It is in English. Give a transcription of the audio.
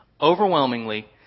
Overwhelmingly